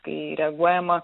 kai reaguojama